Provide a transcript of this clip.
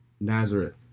Nazareth